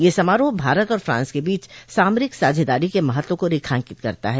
यह समारोह भारत और फांस के बीच सामरिक साझेदारी के महत्व को रेखांकित करता है